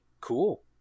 cool